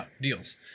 deals